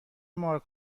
مارک